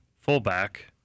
fullback